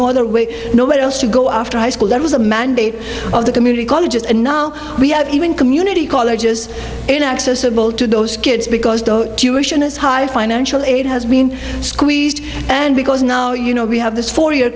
no other way nobody else to go after high school there was a mandate of the community colleges and now we have even community colleges in accessible to those kids because don't tuition is high financial aid has been squeezed and because now you know we have this four y